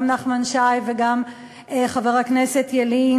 גם נחמן שי וגם חבר הכנסת ילין,